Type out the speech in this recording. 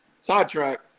sidetrack